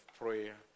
prayer